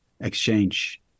exchange